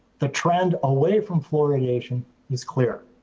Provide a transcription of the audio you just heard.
the trend away from fluoridation is clear.